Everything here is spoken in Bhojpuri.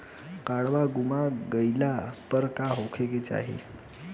काडवा गुमा गइला पर का करेके चाहीं?